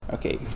Okay